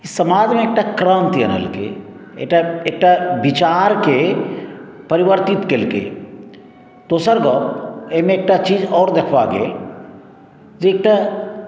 ई समाज मे एकटा क्रान्ति आनलकै एकटा एकटा बिचार के परिवर्तित केलकै दोसर गप एहिमे एकटा चीज आओर देखबा गेल जे एकटा